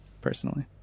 personally